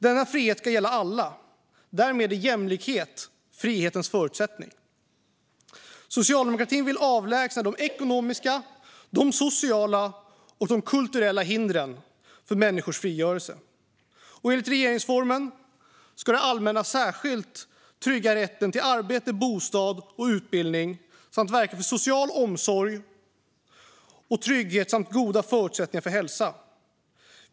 Denna frihet ska gälla alla, och därmed är jämlikhet frihetens förutsättning. Socialdemokratin vill avlägsna de ekonomiska, sociala och kulturella hindren för människors frigörelse. Enligt regeringsformen ska det allmänna särskilt trygga rätten till arbete, bostad och utbildning och verka för social omsorg och trygghet samt goda förutsättningar för hälsa.